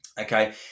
okay